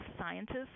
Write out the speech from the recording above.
scientists